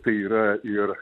tai yra ir